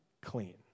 clean